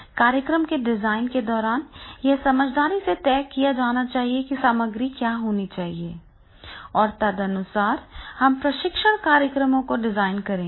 कार्यक्रम के डिजाइन के दौरान यह समझदारी से तय किया जाना चाहिए कि सामग्री क्या होनी चाहिए और तदनुसार हम प्रशिक्षण कार्यक्रमों को डिजाइन करेंगे